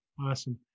awesome